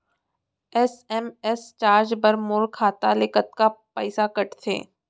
SMS charge बर मोर खाता ले कतका पइसा कटथे?